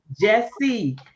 Jesse